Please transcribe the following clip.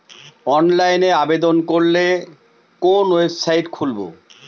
অনলাইনে আবেদন করলে কোন ওয়েবসাইট খুলব?